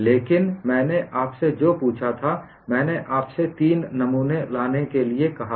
लेकिन मैंने आपसे जो पूछा था मैंने आपसे 3 नमूने लाने के लिए कहा था